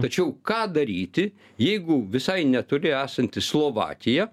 tačiau ką daryti jeigu visai netoli esanti slovakija